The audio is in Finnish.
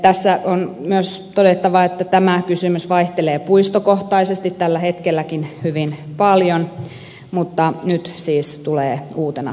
tässä on myös todettava että tämä kysymys vaihtelee puistokohtaisesti tällä hetkelläkin hyvin paljon mutta nyt siis tulee uutena tähän lakiin